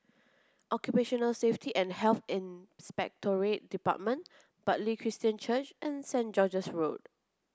Occupational Safety and Health Inspectorate Department Bartley Christian Church and Saint George's Road